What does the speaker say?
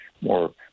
more